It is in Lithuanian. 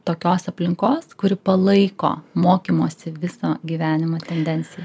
tokios aplinkos kuri palaiko mokymosi visą gyvenimą tendenciją